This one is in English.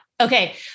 Okay